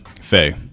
Faye